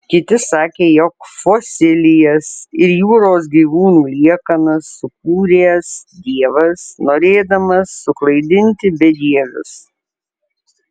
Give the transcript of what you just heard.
kiti sakė jog fosilijas ir jūros gyvūnų liekanas sukūręs dievas norėdamas suklaidinti bedievius